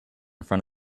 front